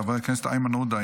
חבר הכנסת איימן עודה,